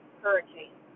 hurricane